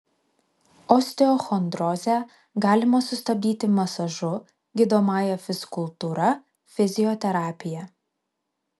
osteochondrozę galima sustabdyti masažu gydomąja fizkultūra fizioterapija